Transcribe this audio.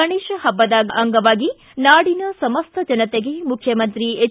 ಗಣೇತ ಹಬ್ಬದ ಅಂಗವಾಗಿ ನಾಡಿನ ಸಮಸ್ತ ಜನತೆಗೆ ಮುಖ್ಯಮಂತ್ರಿ ಎಚ್